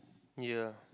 ya